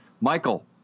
Michael